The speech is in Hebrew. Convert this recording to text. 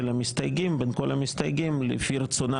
המסתייגים בין כל המסתייגים לפי רצונה,